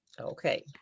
Okay